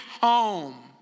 home